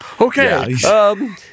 okay